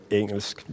engelsk